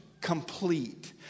Complete